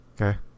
Okay